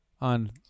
on